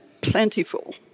plentiful